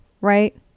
right